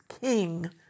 King